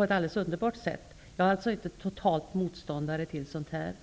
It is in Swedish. alldeles underbart sätt. Jag är alltså inte totalt motståndare till reformer.